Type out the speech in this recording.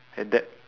and that